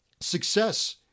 success